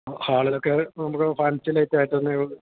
ആ ഹാളിലൊക്കെ നോക്കുമ്പോള് ഫാൻസി ലൈറ്റായിട്ടു തന്നെയാണ്